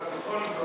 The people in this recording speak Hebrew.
אבל בכל זאת,